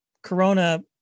corona